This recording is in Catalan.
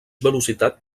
velocitat